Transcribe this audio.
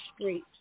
street